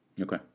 Okay